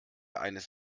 eines